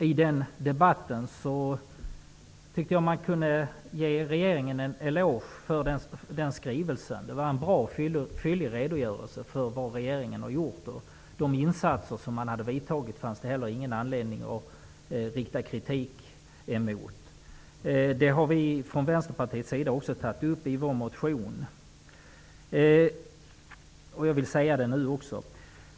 I den debatten tyckte jag att man kunde ge regeringen en eloge för den skrivelsen. Det var en bra och fyllig redogörelse för vad regeringen har gjort. De insatser som man vidtagit fanns det heller ingen anledning att rikta kritik emot. Det har vi från Vänsterpartiets sida också tagit upp i vår motion, men jag vill säga det nu också.